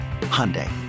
Hyundai